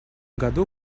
году